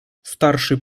starszy